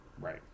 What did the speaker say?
right